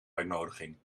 uitnodiging